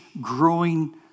growing